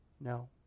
No